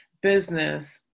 business